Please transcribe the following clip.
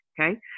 okay